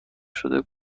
شده